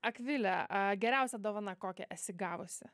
akvile geriausia dovana kokią esi gavusi